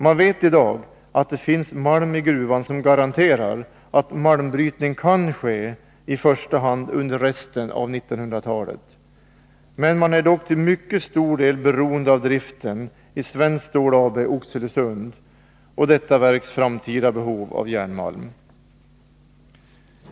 Man vet i dag att det finns malm i gruvan som garanterar att malmbrytning kan ske i första hand under resten av 1900-talet, men man är dock till mycket stor del beroende av driften i Svenskt Stål AB, Oxelösund, och detta verks framtida behov är järnmalm.